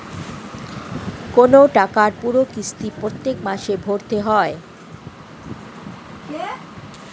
কোন টাকার পুরো কিস্তি প্রত্যেক মাসে ভরতে হয়